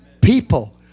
People